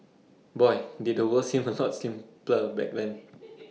boy did the world seem A lot simpler back when